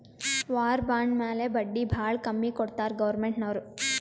war bond ಮ್ಯಾಲ ಬಡ್ಡಿ ಭಾಳ ಕಮ್ಮಿ ಕೊಡ್ತಾರ್ ಗೌರ್ಮೆಂಟ್ನವ್ರು